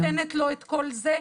אם --- לא הייתה נותנת לו את כל זה,